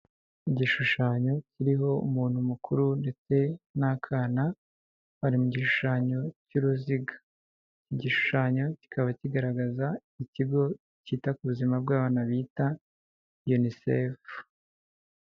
Igishushanyo kiriho umuntu mukuru ndetse n'akana, bari mu gishushanyo cy'uruziga, igishushanyo kikaba kigaragaza ikigo kita ku buzima bw'abana bita UNICEF.